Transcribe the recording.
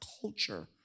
culture